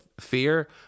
fear